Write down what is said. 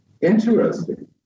Interesting